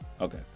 okay